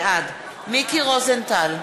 בעד מיקי רוזנטל,